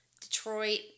Detroit